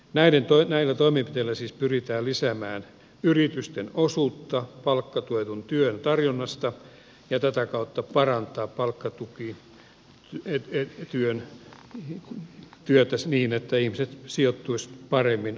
näillä toimenpiteillä siis pyritään lisäämään yritysten osuutta palkkatuetun työn tarjonnasta ja tätä kautta parantamaan palkkatukityötä niin että ihmiset sijoittuisivat paremmin avoimille työmarkkinoille